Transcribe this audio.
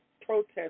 protest